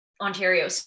Ontario